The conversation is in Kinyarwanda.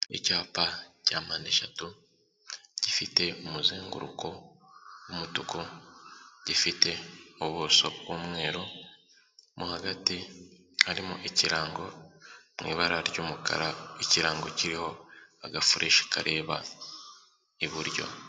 Icyapa cya mpande eshatu, gifite umuzenguruko w'umutuku, gifite ubuso bw'umweru, mo hagati harimo ikirango mu ibara ry'umukara, ikirango kiriho agafureshi kareba iburyo.